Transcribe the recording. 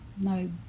no